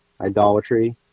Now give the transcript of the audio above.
idolatry